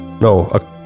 no